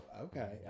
okay